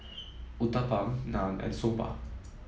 Uthapam Naan and Soba